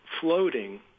floating